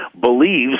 believes